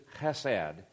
chesed